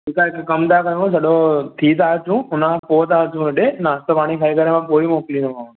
ठीकु आहे हिकु कमु था कयूं सॼो थी था अचूं हुन खां पोइ था अचूं होॾे नाश्तो पाणी खाई करे म पोइ ई मोकिलींदोमांव